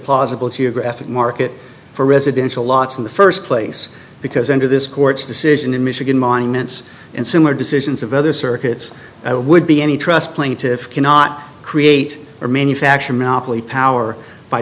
plausible geographic market for residential lots in the first place because under this court's decision in michigan minus and similar decisions of other circuits would be any trust plaintiff cannot create or manufacture monopoly power by